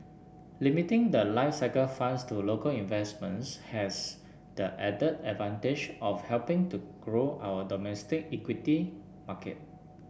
limiting the life cycle funds to local investments has the added advantage of helping to grow our domestic equity market